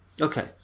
Okay